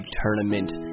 tournament